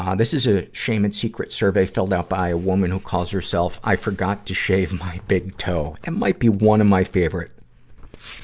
ah this is a shame and secret survey filled out by a woman who calls herself i forgot to shave my big toe. that might be one of my favorite,